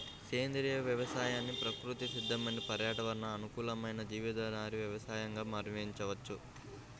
సేంద్రియ వ్యవసాయాన్ని ప్రకృతి సిద్దమైన పర్యావరణ అనుకూలమైన జీవాధారిత వ్యవసయంగా వర్ణించవచ్చు